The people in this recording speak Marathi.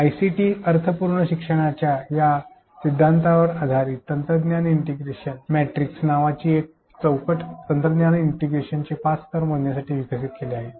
आयसीटीसह अर्थपूर्ण शिक्षणाच्या या सिद्धांतावर आधारित तंत्रज्ञान इंटिग्रेशन मॅट्रिक्स नावाची एक चौकट तंत्रज्ञानाच इंटिग्रेशनचे पाच स्तर मोजण्यासाठी विकसित केली गेली आहे